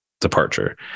departure